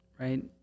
right